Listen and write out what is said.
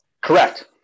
Correct